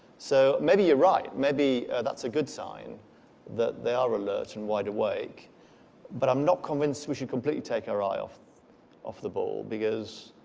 so maybe you're right, maybe that's a good sign that they are alert and wide-awake but i'm not convinced we should completely take our eye off off the ball because